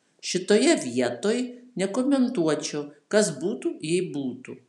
šitoje vietoj nekomentuočiau kas būtų jei būtų